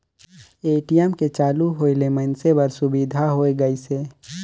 ATM के चालू होय ले मइनसे बर सुबिधा होय गइस हे